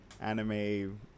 anime